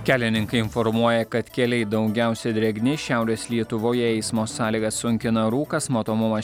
kelininkai informuoja kad keliai daugiausia drėgni šiaurės lietuvoje eismo sąlygas sunkina rūkas matomuma